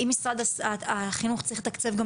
אם משרד החינוך צריך לתקצב גם